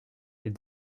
les